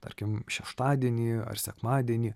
tarkim šeštadienį ar sekmadienį